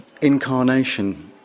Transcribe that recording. incarnation